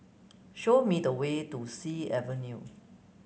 show me the way to Sea Avenue